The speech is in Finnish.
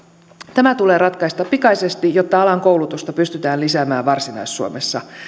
tämä tulee ratkaista pikaisesti jotta alan koulutusta pystytään lisäämään varsinais suomessa